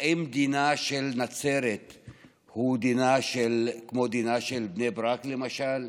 האם דינה של נצרת הוא כמו דינה של בני ברק, למשל?